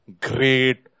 great